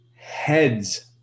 heads